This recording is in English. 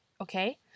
okay